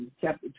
chapter